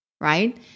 right